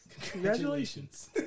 Congratulations